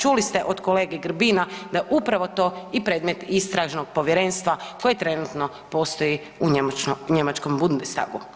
Čuli ste od kolege Grbina da je to upravo i predmet Istražnog povjerenstva koje trenutno postoji u njemačkom Bundestagu.